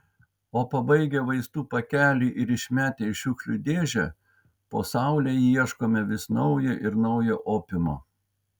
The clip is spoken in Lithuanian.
o pabaigę vaistų pakelį ir išmetę į šiukšlių dėžę po saule ieškome vis naujo ir naujo opiumo